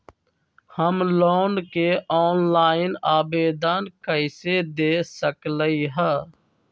हम लोन के ऑनलाइन आवेदन कईसे दे सकलई ह?